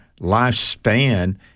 lifespan